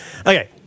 Okay